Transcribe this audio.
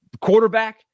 quarterback